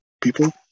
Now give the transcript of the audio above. people